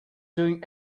doing